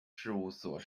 事务所